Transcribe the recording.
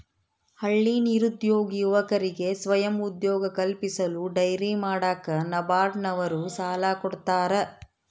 ಹಳ್ಳಿ ನಿರುದ್ಯೋಗಿ ಯುವಕರಿಗೆ ಸ್ವಯಂ ಉದ್ಯೋಗ ಕಲ್ಪಿಸಲು ಡೈರಿ ಮಾಡಾಕ ನಬಾರ್ಡ ನವರು ಸಾಲ ಕೊಡ್ತಾರ